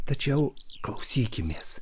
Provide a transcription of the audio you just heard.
tačiau klausykimės